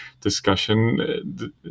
discussion